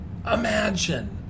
Imagine